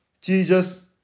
Jesus